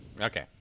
Okay